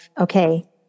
okay